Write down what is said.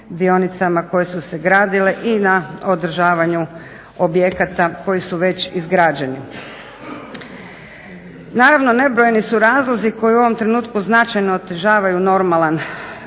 dionicama koje su se gradile i na odražavanju objekata koji su već izgrađeni. Naravno nebrojeni su razlozi koji u ovom trenutku značajno otežavaju normalan tijek